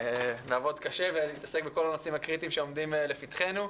לעבוד קשה ולעסוק בכל הנושאים הקריטיים שעומדים לפתחנו.